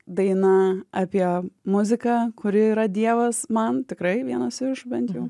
daina apie muziką kuri yra dievas man tikrai vienas iš bent jau